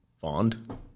fond